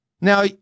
Now